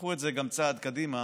תיקחו את זה גם צעד קדימה,